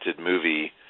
movie